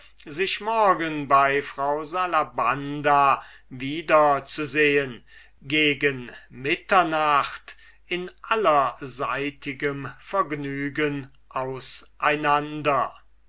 sich morgen bei frau salabanda wiederzusehen gegen mitternacht in allerseitigem vergnügen